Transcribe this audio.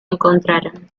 encontraron